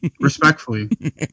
respectfully